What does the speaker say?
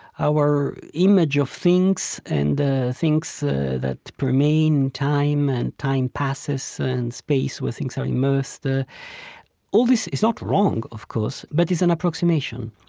our image of things, and things that pre-main time, and time passes, and space where things are immersed ah all this, it's not wrong, of course, but is an approximation.